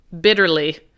bitterly